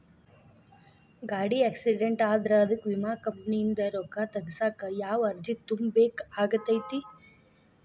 ಗಾಡಿ ಆಕ್ಸಿಡೆಂಟ್ ಆದ್ರ ಅದಕ ವಿಮಾ ಕಂಪನಿಯಿಂದ್ ರೊಕ್ಕಾ ತಗಸಾಕ್ ಯಾವ ಅರ್ಜಿ ತುಂಬೇಕ ಆಗತೈತಿ?